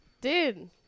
dude